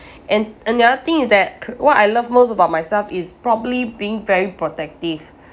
and another thing is that what I love most about myself is probably being very protective